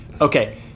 Okay